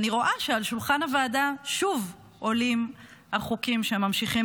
ואני רואה שעל שולחן הוועדה שוב עולים החוקים שממשיכים